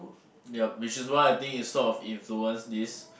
yup which is why I think it sort of influence this